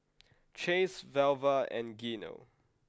Chase Velva and Gino